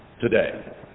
today